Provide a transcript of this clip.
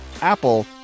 Apple